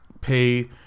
Pay